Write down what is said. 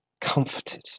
comforted